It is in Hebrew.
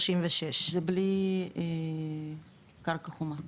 זה בלי קרקע חומה.